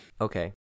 Okay